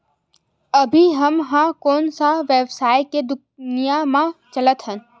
अभी हम ह कोन सा व्यवसाय के दुनिया म चलत हन?